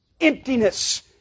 Emptiness